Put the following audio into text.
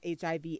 HIV